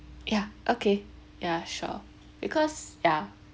ya okay ya sure because ya